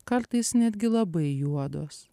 kartais netgi labai juodos